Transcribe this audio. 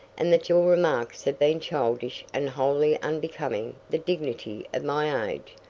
and that your remarks have been childish and wholly unbecoming the dignity of my age.